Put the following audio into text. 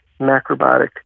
macrobiotic